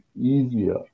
easier